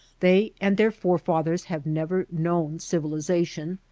they and their forefathers have never known civilization,